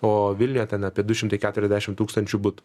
o vilniuje ten apie du šimtai keturiasdešimt tūkstančių butų